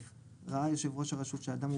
12/א'.ראה יושב ראש הרשות שהאדם הוא